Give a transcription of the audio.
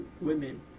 women